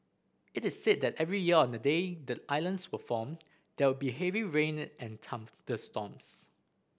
it is said that every year on the day the islands were formed there would be heavy rain and thunderstorms